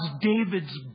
David's